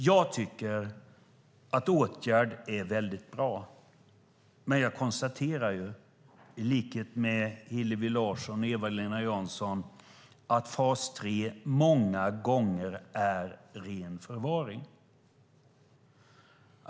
Jag tycker att åtgärder är väldigt bra, men jag konstaterar i likhet med Hillevi Larsson och Eva-Lena Jansson att fas 3 många gånger är ren förvaring.